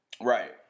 Right